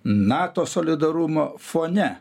nato solidarumo fone